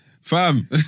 Fam